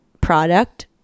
product